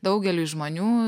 daugeliui žmonių